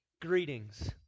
greetings